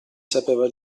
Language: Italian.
sapeva